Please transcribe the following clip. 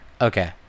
Okay